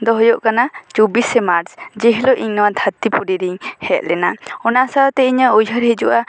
ᱫᱚ ᱦᱩᱭᱩᱜ ᱠᱟᱱᱟ ᱪᱚᱵᱤᱥᱮ ᱢᱟᱨᱪ ᱡᱮ ᱦᱤᱞᱳᱜ ᱤᱧ ᱱᱚᱣᱟ ᱫᱷᱟᱹᱨᱛᱤ ᱯᱩᱨᱤ ᱨᱤᱧ ᱦᱮᱡᱽ ᱞᱮᱱᱟ ᱚᱱᱟ ᱥᱟᱶᱛᱮ ᱤᱧᱟᱹᱜ ᱩᱭᱦᱟᱹᱨ ᱦᱤᱡᱩᱜᱼᱟ